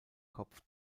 kopf